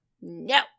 No